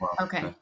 okay